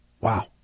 Wow